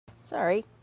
Sorry